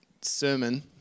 sermon